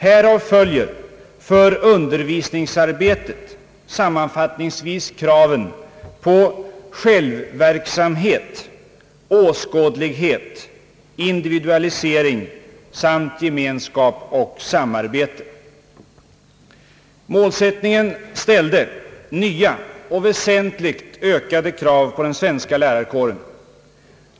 Härav följer för undervisningsarbetet sammanfattningsvis kraven på självverksamhet, åskådlighet, individualisering samt gemenskap och samarbete.» Målsättningen ställde nya och väsentligt ökade krav på den svenska lärarkåren.